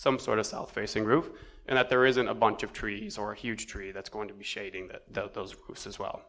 some sort of cell facing roof and that there isn't a bunch of trees or a huge tree that's going to shading that those who says well